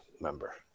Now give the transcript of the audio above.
member